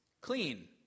clean